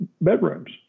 Bedrooms